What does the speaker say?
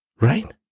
Right